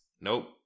Nope